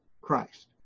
Christ